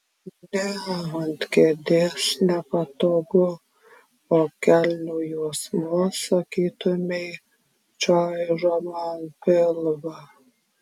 ne ant kėdės nepatogu o kelnių juosmuo sakytumei čaižo man pilvą